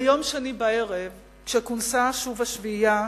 ביום שני בערב, כשכונסה שוב השביעייה,